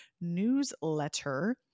newsletter